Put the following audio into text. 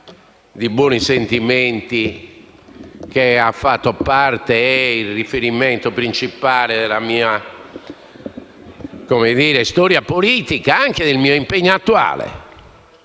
di buoni sentimenti che ha fatto parte ed è il riferimento principale della mia storia politica e anche del mio impegno attuale.